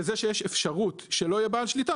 שאם יש אפשרות שלא יהיה בעל שליטה,